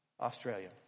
Australia